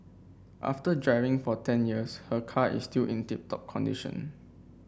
after driving for ten years her car is still in tip top condition